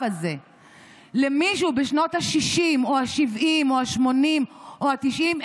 הזה למישהו בשנות השישים או השבעים או השמונים או התשעים,